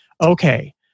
okay